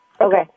Okay